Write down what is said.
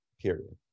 period